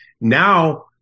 Now